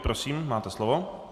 Prosím, máte slovo.